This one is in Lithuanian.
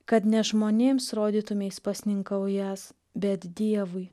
kad ne žmonėms rodytumeis pasninkaująs bet dievui